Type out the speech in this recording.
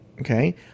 Okay